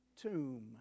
tomb